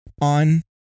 on